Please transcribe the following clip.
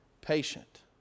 patient